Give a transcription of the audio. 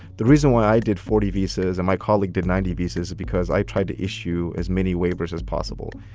the reason why i did forty visas, and my colleague did ninety visas is because i tried to issue as many waivers as possible.